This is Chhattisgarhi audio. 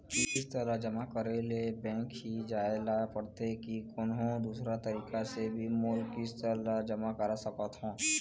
किस्त ला जमा करे ले बैंक ही जाए ला पड़ते कि कोन्हो दूसरा तरीका से भी मोर किस्त ला जमा करा सकत हो?